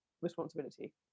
responsibility